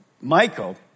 Michael